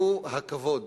הוא הכבוד.